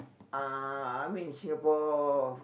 uh I mean Singapore